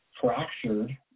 fractured